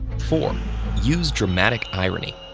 four use dramatic irony.